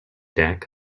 deck